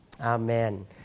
Amen